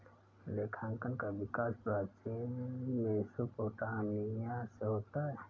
लेखांकन का विकास प्राचीन मेसोपोटामिया से होता है